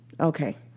Okay